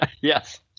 Yes